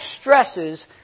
stresses